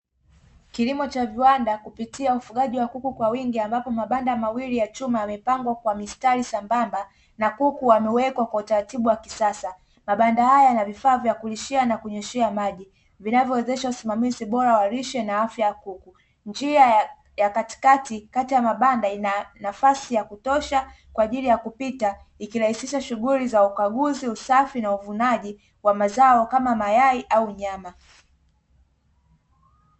Kilimo cha viwanda, kupitia ufugaji wa kuku kwa wingi, ambapo mabanda mawili ya chuma yamepangwa kwa mistari sambamba na kuku wamewekwa kwa utaratibu wa kisasa. Mabanda haya ya vifaa vya kulishia na kunyweshea maji vinavyowezesha usimamizi bora wa lishe na afya ya kuku, njia ya katikati kati ya mabanda ina nafasi ya kutosha kwa ajili ya kupita, kiasi ikirahisisha shughuli za ukaguzi, usafi na uvunaji wa mazao, kama mayai au nyama.